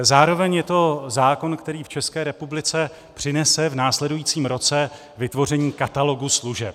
Zároveň je to zákon, který v České republice přinese v následujícím roce vytvoření katalogu služeb.